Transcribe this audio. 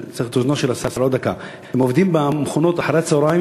הם עובדים במכונות אחרי-הצהריים,